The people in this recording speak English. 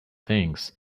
things